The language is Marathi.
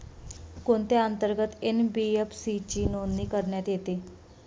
कोणत्या अंतर्गत एन.बी.एफ.सी ची नोंदणी करण्यात येते?